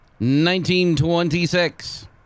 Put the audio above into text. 1926